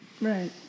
right